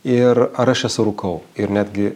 ir ar aš esu rūkau ir netgi